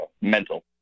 mental